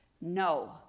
No